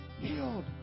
healed